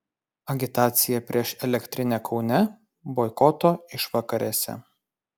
agitacija prieš elektrinę kaune boikoto išvakarėse